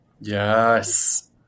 Yes